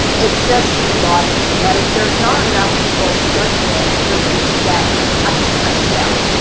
it's just logic, right? there's not enough people searching this for you to get a ton of sales.